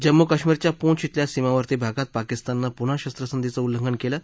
जम्मू काश्मिरच्या पुंछ खिल्या सीमावर्ती भागात पकिस्ताननं पुन्हा शस्त्रसंधीचं उल्लंघन कलि